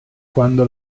quando